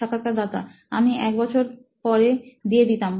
সাক্ষাৎকারদাতা আমি একবছর পরে দিয়ে দিতাম